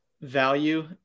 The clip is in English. value